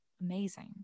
Amazing